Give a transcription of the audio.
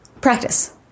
practice